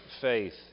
faith